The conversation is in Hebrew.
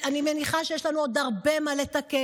אני מניחה שיש לנו עוד הרבה מה לתקן,